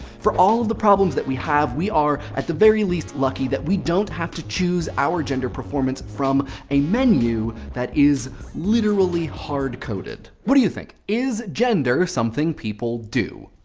for all the problems that we have, we are, at the very least, lucky that we don't have to choose our gender performance from a menu that is literally hard coded. what do you think? is gender something people do?